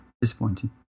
disappointing